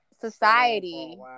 society